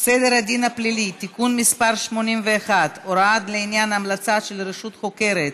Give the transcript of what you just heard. סדר הדין הפלילי (תיקון מס' 81) (הוראות לעניין המלצה של רשות חוקרת),